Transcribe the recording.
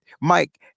Mike